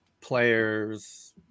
Players